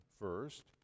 first